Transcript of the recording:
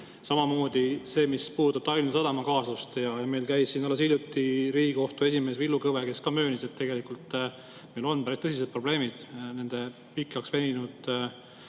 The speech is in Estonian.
Samamoodi see, mis puudutab Tallinna Sadama kaasust. Meil käis siin alles hiljuti Riigikohtu esimees Villu Kõve, kes ka möönis, et tegelikult meil on päris tõsised probleemid nende pikale veninud